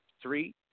three